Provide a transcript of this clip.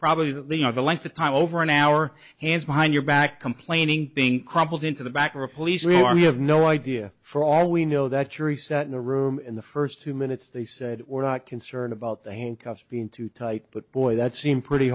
probably you know the length of time over an hour hands behind your back complaining being crumpled into the back of a police rewarm you have no idea for all we know that jury sat in the room in the first two minutes they said we're not concerned about the handcuffs being too tight but boy that seemed pretty